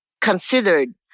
considered